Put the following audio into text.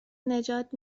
نجات